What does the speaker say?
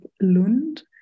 Lund